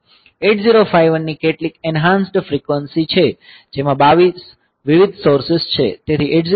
8051 ની કેટલીક enhanced frequency છે જેમાં 22 વિવિધ સોર્સિસ છે